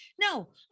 No